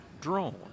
drone